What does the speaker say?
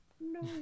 No